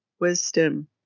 wisdom